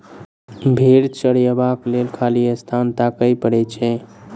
भेंड़ चरयबाक लेल खाली स्थान ताकय पड़ैत छै